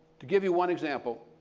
to give you one example,